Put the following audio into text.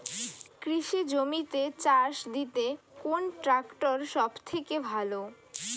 কৃষি জমিতে চাষ দিতে কোন ট্রাক্টর সবথেকে ভালো?